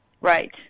Right